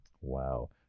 Wow